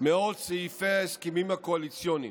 מאות סעיפי ההסכמים הקואליציוניים,